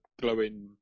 glowing